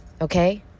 Okay